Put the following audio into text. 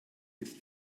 ist